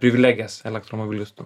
privilegijas elektromobilistų